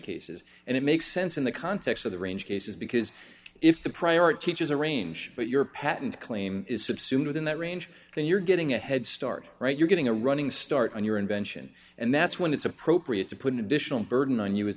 cases and it makes sense in the context of the range cases because if the priority is a range but your patent claim is subsumed within that range then you're getting a head start right you're getting a running start on your invention and that's when it's appropriate to put an additional burden on you as